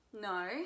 no